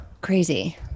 Crazy